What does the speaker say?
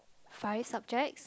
five subjects